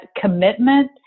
commitment